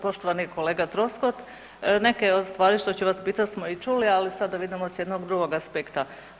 Poštovani kolega Troskot, neke od stvari što ću vas pitat smo i čuli, ali sada vidimo s jednog drugog aspekta.